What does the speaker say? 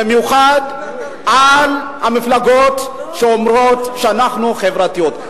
במיוחד על המפלגות שאומרות: אנחנו חברתיות.